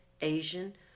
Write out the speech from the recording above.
Asian